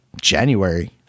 January